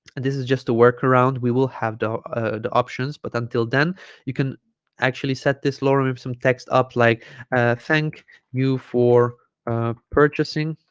and this is just a workaround we will have the the options but until then you can actually set this lower with some text up like ah thank you for ah purchasing